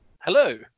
Hello